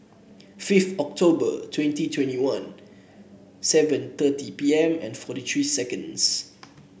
fifth October twenty twenty one seven thirty P M and forty three seconds